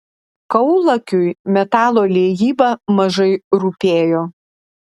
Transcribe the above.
kaulakiui metalo liejyba mažai rūpėjo